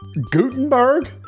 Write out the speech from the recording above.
Gutenberg